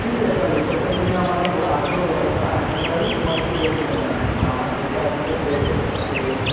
ठीक आहे चालेल फक्त तुम्ही आम्हाला थोडं आधी ऑर्डर करा नाहीतर काय होईल तुम्हाला ते वेळेत मिळणार नाही कारण आपण जे काय असेल ते फ्रेश देतो ते